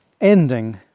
ending